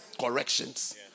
corrections